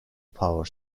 power